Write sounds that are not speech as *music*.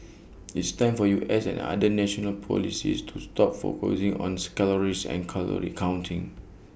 it's time for U S and other national policies to stop focusing on *unintelligible* calories and calorie counting